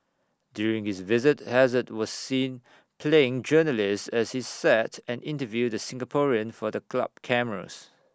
during his visit hazard was seen playing journalist as he sat and interviewed the Singaporean for the club cameras